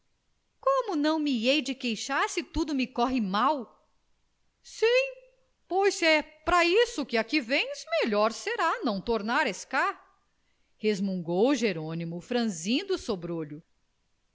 como não me hei de queixar se tudo me corre mal sim pois se é para isso que aqui vens melhor será não tornares cá resmungou jerônimo franzindo o sobrolho